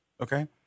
Okay